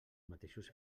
mateixos